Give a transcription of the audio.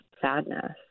sadness